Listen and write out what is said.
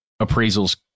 appraisals